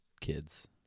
kids